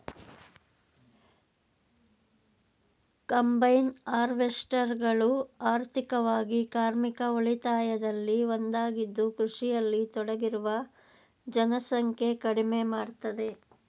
combine ಹಾರ್ವೆಸ್ಟರ್ಗಳು ಆರ್ಥಿಕವಾಗಿ ಕಾರ್ಮಿಕ ಉಳಿತಾಯದಲ್ಲಿ ಒಂದಾಗಿದ್ದು ಕೃಷಿಯಲ್ಲಿ ತೊಡಗಿರುವ ಜನಸಂಖ್ಯೆ ಕಡಿಮೆ ಮಾಡ್ತದೆ